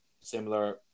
similar